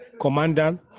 commander